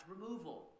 removal